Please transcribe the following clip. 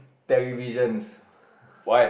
televisions